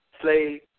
slave